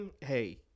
Hey